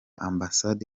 ambasade